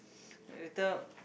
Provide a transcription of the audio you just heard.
later